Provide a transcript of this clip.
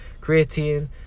creatine